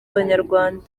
abanyarwanda